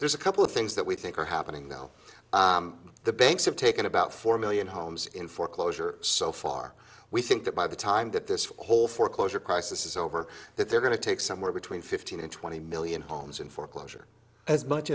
there's a couple of things that we think are happening now the banks have taken about four million homes in foreclosure so far we think that by the time that this whole foreclosure crisis is over that they're going to take somewhere between fifteen and twenty million homes in foreclosure as much